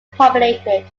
populated